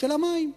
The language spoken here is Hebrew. של המים.